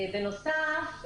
בנוסף,